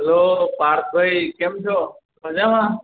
hello પાર્થભાઈ કેમ છો મજામાં